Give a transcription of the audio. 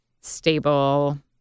stable